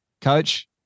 coach